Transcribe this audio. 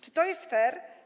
Czy to jest fair?